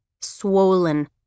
swollen